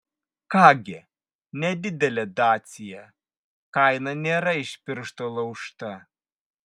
ką gi nedidelė dacia kaina nėra iš piršto laužta